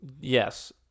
yes